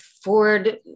Ford